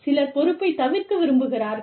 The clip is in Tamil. சிலர் பொறுப்பைத் தவிர்க்க விரும்புகிறார்கள்